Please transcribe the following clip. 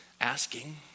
asking